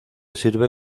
sirve